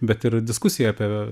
bet ir diskusija apie